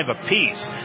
apiece